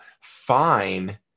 fine